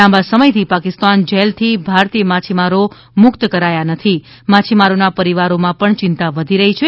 લાંબા સમયથી પાકિસ્તાન જેલથી ભારતીય માછીમારો મુક્ત કરાયા નથી માછીમારોના પરિવારોમાં પણ ચિન્તા વધી રહી છે